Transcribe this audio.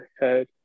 head